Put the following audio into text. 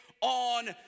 on